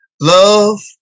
Love